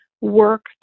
work